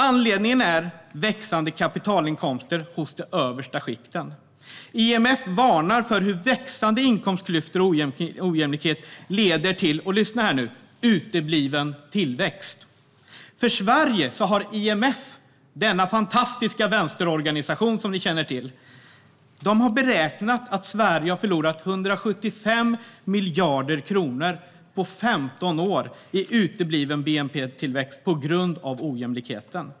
Anledningen är växande kapitalinkomster hos de översta skikten. IMF varnar för hur växande inkomstklyftor och ojämlikhet leder till - lyssna nu - utebliven tillväxt. IMF, denna fantastiska vänsterorganisation som ni känner till, har beräknat att Sverige har förlorat 175 miljarder kronor på 15 år i utebliven bnp-tillväxt, på grund av ojämlikheten.